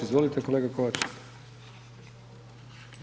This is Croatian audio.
Izvolite kolega Kovač.